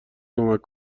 کمک